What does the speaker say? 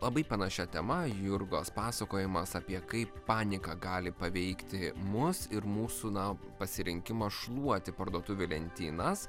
labai panašia tema jurgos pasakojimas apie kaip panika gali paveikti mus ir mūsų na pasirinkimą šluoti parduotuvių lentynas